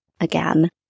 again